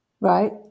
right